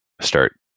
start